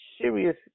serious